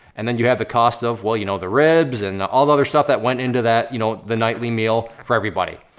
and then you have the cost of well, you know, the ribs and all the other stuff that went into that, you know, the nightly meal for everybody.